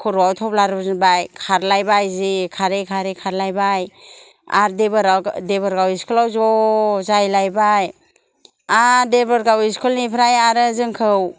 खर'आव थफ्ला रुजुनबाय खारलायबाय जि खारै खारै खारलायबाय आरो देबोर देबोरगाव इस्कुलाव ज' जाहै लायबाय आरो देबोरगाव इस्कुलनिफ्राय आरो जोंखौ